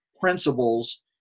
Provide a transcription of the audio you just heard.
principles